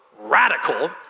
radical